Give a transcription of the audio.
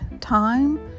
time